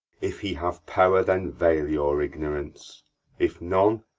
if he have power, then vail your ignorance if none,